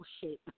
shape